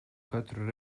katru